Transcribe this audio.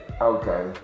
Okay